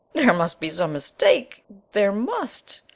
there must be some mistake. there must.